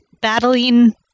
battling